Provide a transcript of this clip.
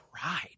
pride